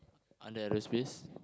under aerospace